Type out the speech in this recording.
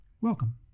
Welcome